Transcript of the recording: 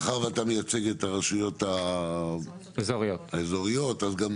מאחר ואתה מייצג את הרשויות האזוריות, אז אני